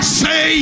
say